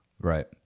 Right